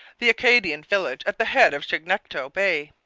the acadian village at the head of chignecto bay.